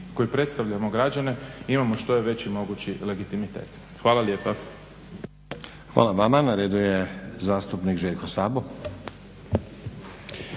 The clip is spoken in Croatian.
koji predstavljamo građane i imamo što je mogući veći legitimitet. Hvala lijepa. **Stazić, Nenad (SDP)** Hvala vama. Na redu je zastupnik Željko Sabo.